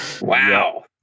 Wow